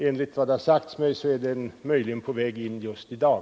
Enligt vad det har sagts mig är denna möjligen på väg in just i dag.